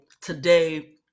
today